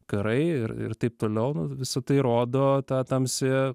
karai ir ir taip toliau nu visa tai rodo tą tamsiąją